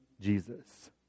Jesus